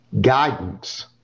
guidance